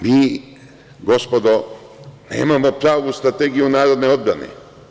Mi, gospodo, nemamo pravu strategiju narodne odbrane.